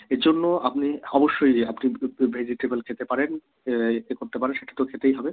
এর জন্য আপনি অবশ্যই আপনি ভেজিটেবেল খেতে পারেন এ করতে পারেন সেটা তো খেতেই হবে